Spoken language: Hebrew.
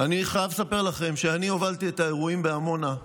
אני חייב לספר לכם שאני הובלתי את האירועים בעמונה,